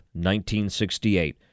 1968